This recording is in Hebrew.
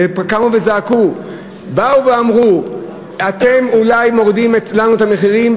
הם קמו וזעקו ואמרו: אתם אולי מורידים לנו את המחירים,